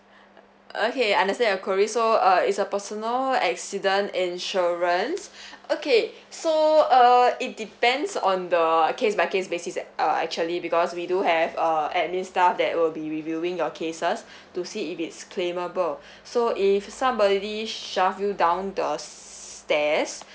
uh okay I understand your query so uh it's a personal accident insurance okay so uh it depends on the uh case by case basis actu~ uh actually because we do have uh admin staff that will be reviewing your cases to see if it's claimable so if somebody shelf you down the stairs